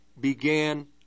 began